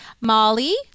Molly